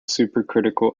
supercritical